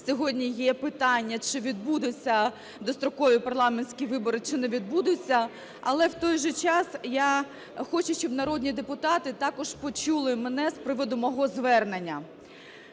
сьогодні є питання, чи відбудуться дострокові парламентські вибори, чи не відбудуться, але, в той же час, я хочу, щоб народні депутати також почули мене з приводу мого звернення.